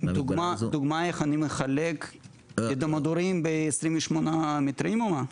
דוגמה איך אני מחלק את המדורים ב-28 מטרים או מה?